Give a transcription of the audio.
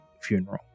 funeral